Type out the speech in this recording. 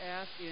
ask